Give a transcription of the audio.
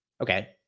Okay